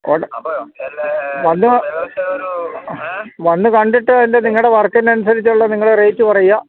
വന്ന് കണ്ടിട്ട് അതിൻ്റെ നിങ്ങളുടെ വർക്കിന് അനുസരിച്ചുള്ള നിങ്ങളുടെ റേറ്റ് പറയുക